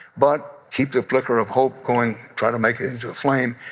but keep the flicker of hope going. try to make it into a flame.